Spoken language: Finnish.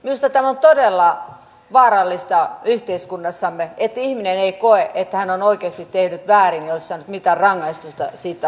minusta tämä on todella vaarallista yhteiskunnassamme että ihminen ei koe että hän on oikeasti tehnyt väärin ja on saanut jonkin rangaistuksen siitä asiasta